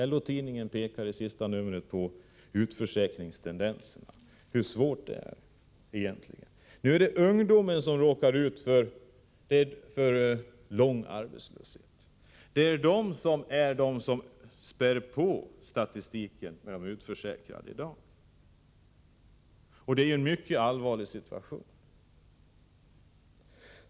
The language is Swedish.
LO-tidningen pekar i sitt senaste nummer på hur svåra utförsäkringstendenserna egentligen är. Nu är det ungdomen som råkar ut för lång arbetslöshet. Det är ungdomen som spär på statistiken bland de utförsäkrade i dag. Detta är en mycket allvarlig situation.